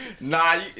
Nah